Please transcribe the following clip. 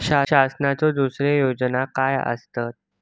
शासनाचो दुसरे योजना काय आसतत?